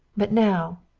but now,